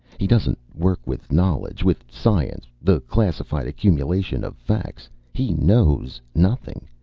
he doesn't work with knowledge, with science the classified accumulation of facts. he knows nothing.